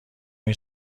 این